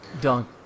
Dunk